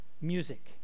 music